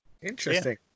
Interesting